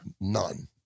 None